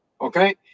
okay